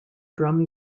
drum